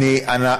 אני ממש,